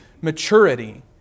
maturity